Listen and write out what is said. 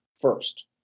first